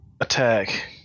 attack